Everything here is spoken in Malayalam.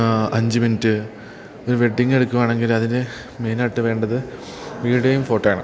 അഞ്ച് മിനിറ്റ് ഒരു വെഡ്ഡിങ്ങെടുക്കുകയാണെങ്കിലതിന് മെയിനായിട്ടു വേണ്ടത് വീഡിയോയും ഫോട്ടോയാണ്